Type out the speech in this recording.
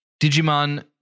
Digimon